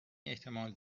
احتمال